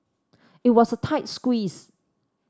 it was a tight squeeze